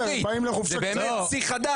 זה באמת שיא חדש.